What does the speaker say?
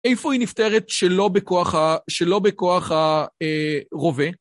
איפה היא נפתרת שלא בכוח הרובה?